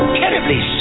terribly